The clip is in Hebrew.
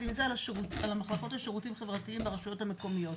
עם זה על הלשכות לשירותים חברתיים ברשויות המקומיות.